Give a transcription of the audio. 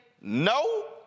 no